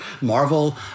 Marvel